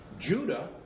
Judah